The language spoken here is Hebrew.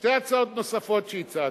שתי הצעות נוספות שהצעתי,